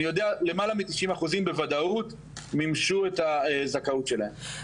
אני יודע למעלה מ-95% בוודאות מימוש את הזכאות שלהם.